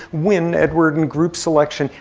wynne-edwards and group selection.